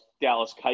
Dallas